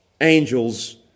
angels